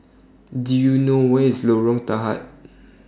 Do YOU know Where IS Lorong Tahar